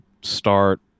start